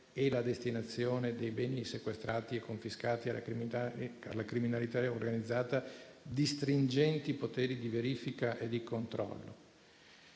e la destinazione dei beni sequestrati e confiscati alla criminalità organizzata di stringenti poteri di verifica e di controllo.